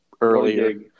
earlier